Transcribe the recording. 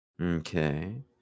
Okay